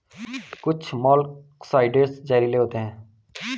कुछ मोलॉक्साइड्स जहरीले होते हैं